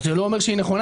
זה לא אומר שהיא נכונה.